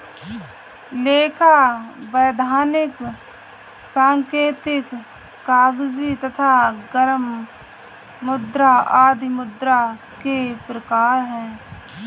लेखा, वैधानिक, सांकेतिक, कागजी तथा गर्म मुद्रा आदि मुद्रा के प्रकार हैं